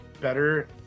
better